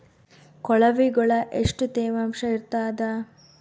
ಕೊಳವಿಗೊಳ ಎಷ್ಟು ತೇವಾಂಶ ಇರ್ತಾದ?